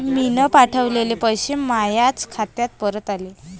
मीन पावठवलेले पैसे मायाच खात्यात परत आले